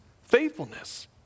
faithfulness